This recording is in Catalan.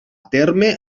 terme